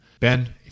Ben